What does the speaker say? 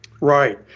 Right